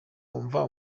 wumva